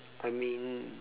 I mean